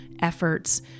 efforts